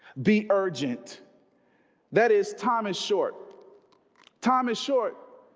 be urgent that is time is short time is short